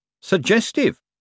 Suggestive